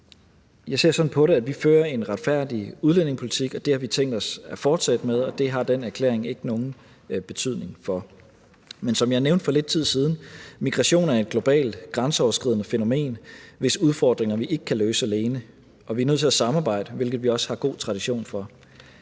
Jeg ser sådan på det, at vi fører en retfærdig udlændingepolitik, og det har vi tænkt os at fortsætte med, og det har den erklæring ikke nogen betydning for. Men som jeg nævnte for lidt tid siden, er migration et globalt, grænseoverskridende fænomen, hvis udfordringer vi ikke kan løse alene, og vi er nødt til at samarbejde, hvilket vi også har god tradition for.